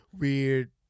weird